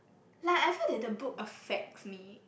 like I feel that the book affects me